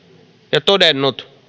ja todennut